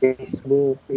Facebook